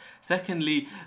Secondly